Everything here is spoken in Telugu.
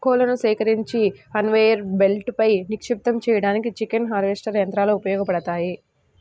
కోళ్లను సేకరించి కన్వేయర్ బెల్ట్పై నిక్షిప్తం చేయడానికి చికెన్ హార్వెస్టర్ యంత్రాలు ఉపయోగపడతాయి